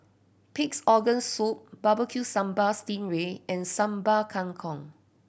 Pig's Organ Soup Barbecue Sambal sting ray and Sambal Kangkong